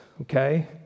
okay